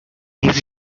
his